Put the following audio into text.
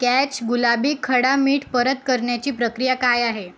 catch गुलाबी खडा मीठ परत करण्याची प्रक्रिया काय आहे